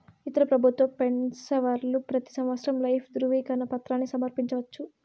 ఇతర పెబుత్వ పెన్సవర్లు పెతీ సంవత్సరం లైఫ్ దృవీకరన పత్రాని సమర్పించవచ్చు